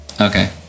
Okay